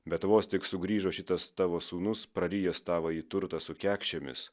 bet vos tik sugrįžo šitas tavo sūnus prarijęs tavąjį turtą su kekšėmis